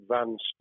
advanced